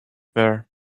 there